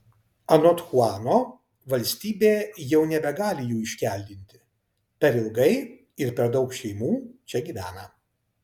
anot chuano valstybė jau nebegali jų iškeldinti per ilgai ir per daug šeimų čia gyvena